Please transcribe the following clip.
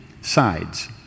sides